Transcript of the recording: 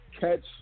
catch